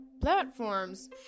platforms